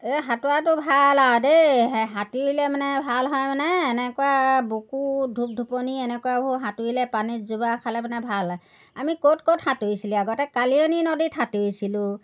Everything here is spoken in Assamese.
এই সাঁতোৰাটো ভাল আৰু দেই সাতুৰিলে মানে ভাল হয় মানে এনেকুৱা বুকু ধুপ ধুপনি এনেকুৱাবোৰ সাঁতুৰিলে পানীত জোবোৰা খালে মানে ভাল আমি ক'ত ক'ত সাঁতুৰিছিলোঁ আগতে কালিয়নী নদীত সাঁতুৰিছিলোঁ